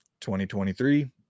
2023